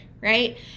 right